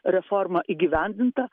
reforma įgyvendinta